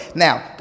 Now